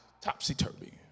topsy-turvy